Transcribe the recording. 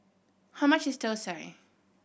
how much is thosai